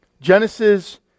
Genesis